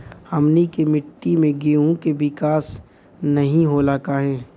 हमनी के मिट्टी में गेहूँ के विकास नहीं होला काहे?